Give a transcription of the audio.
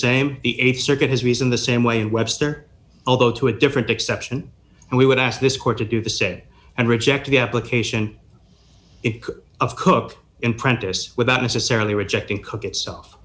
th circuit has reason the same way in webster although to a different exception and we would ask this court to do the say and reject the application of cook in practice without necessarily rejecting cook itself